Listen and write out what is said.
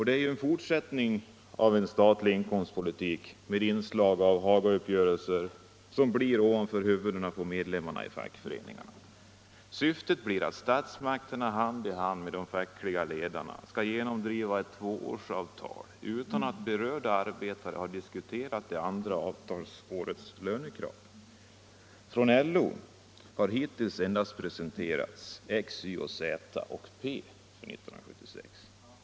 Det är en fortsättning av en statlig inkomstpolitik med inslag av Hagauppgörelser ovanför huvudena på medlemmarna i fackföreningarna. Syftet blir att statsmakterna hand i hand med de fackliga ledarna skall genomdriva ett tvåårsavtal utan att berörda arbetare har diskuterat det andra avtalsårets lönekrav. Från LO har hittills endast presenterats x, y, z och p för 1976.